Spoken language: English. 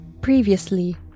Previously